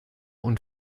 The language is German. und